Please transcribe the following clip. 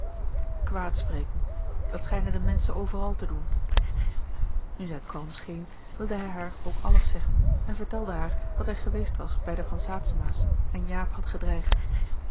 kwaadspreken dat schijnen de menschen overal te doen nu zij kalm scheen wilde hij haar ook alles zeggen en vertelde haar dat hij geweest was bij de van saetzema's en jaap had gedreigd